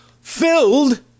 filled